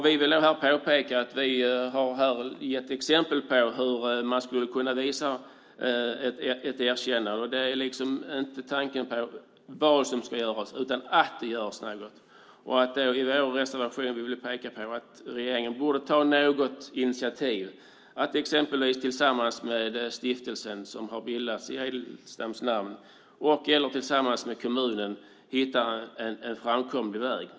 Vi vill påpeka att vi har gett exempel på hur man skulle kunna visa ett erkännande. Tanken är inte att tala om vad som ska göras utan att det görs något. I vår reservation vill vi peka på att regeringen borde ta initiativ till att exempelvis tillsammans med den stiftelse som har bildats i Edelstams namn och/eller tillsammans med kommunen hitta en framkomlig väg.